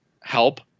help